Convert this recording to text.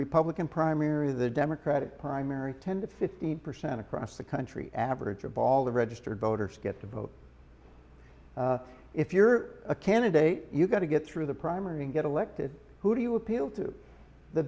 republican primary the democratic primary ten to fifteen percent across the country average of all the registered voters get to vote if you're a candidate you've got to get through the primary and get elected who do you appeal to the